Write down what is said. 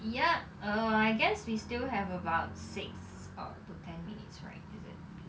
yup err I guess we still have about six or to ten minutes right is it